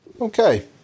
Okay